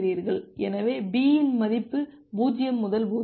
எனவே b இன் மதிப்பு 0 முதல் 0